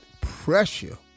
pressure